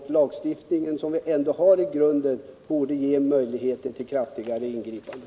Den lagstiftning som vi ändå har i grunden borde ge möjlighet till kraftigare ingripanden.